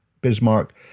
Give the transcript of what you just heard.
Bismarck